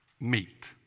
meet